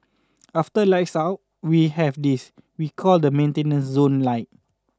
after lights out we have this we call the maintenance zone light